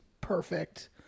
perfect